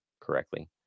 correctly